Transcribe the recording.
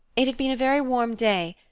it had been a very warm day,